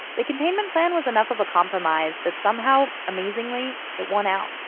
the containment plan was enough of a compromise that somehow, amazingly it won out.